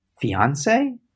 Fiance